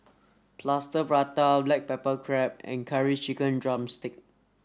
plaster prata black pepper crab and curry chicken drumstick